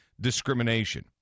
discrimination